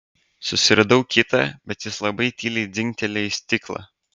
susiradau kitą bet jis labai tyliai dzingtelėjo į stiklą